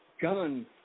gun